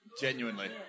Genuinely